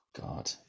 God